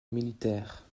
militaire